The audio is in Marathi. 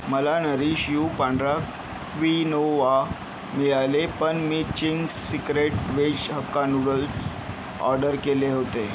मला नरीश यू पांढरा क्विनोआ मिळाले पण मी Ching's secret veg Hakka noodles order केले होते